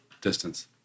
distance